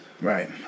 Right